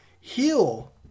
heal